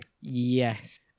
Yes